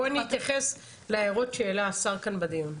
בואי נתייחס להערות שהעלה השר כאן בדיון.